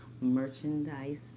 merchandise